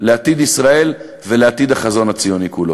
לעתיד ישראל ולעתיד החזון הציוני כולו.